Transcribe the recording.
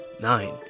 Nine